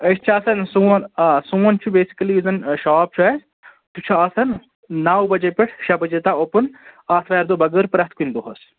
أسۍ چھِ آسان سوٚن آ سوٚن چھُ بیٚسٕکلی یُس زَن شاپ چھُ اَسہِ سُہ چھُ آسان نو بَجے پیٚٹھ شےٚ بَجے تام اوٗپُن آتھوارِ دۅہ بَغٲر پرٛتھ کُنہِ دۅہَس